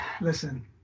Listen